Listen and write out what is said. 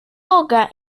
boca